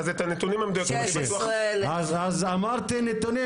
16,000. אז אמרתי נתונים.